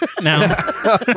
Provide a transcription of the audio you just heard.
Now